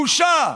בושה,